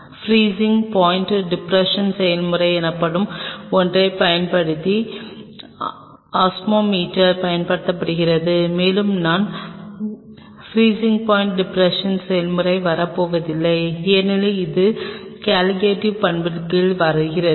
preaching point depression செயல்முறை எனப்படும் ஒன்றைப் பயன்படுத்தி ஓஸ்மோமீட்டர் பயன்படுத்தப்படுகிறது மேலும் நான் பிரீசிங் பாயிண்ட் டிப்ரெஸ்ஸன் செயல்முறைக்கு வரப் போவதில்லை ஏனெனில் இது கால்லிகட்டிவ் பண்புகள் கீழ் வருகிறது